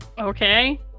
Okay